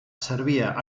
servia